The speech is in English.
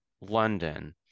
London